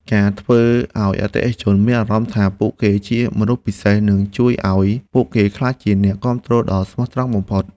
ការធ្វើឱ្យអតិថិជនមានអារម្មណ៍ថាពួកគេជាមនុស្សពិសេសនឹងជួយឱ្យពួកគេក្លាយជាអ្នកគាំទ្រដ៏ស្មោះត្រង់បំផុត។